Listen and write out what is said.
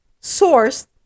source